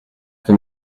que